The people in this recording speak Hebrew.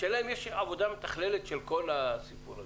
השאלה היא אם יש עבודה מתכללת של הסיפור הזה.